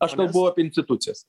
aš kalbu apie institucijas